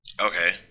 okay